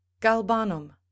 Galbanum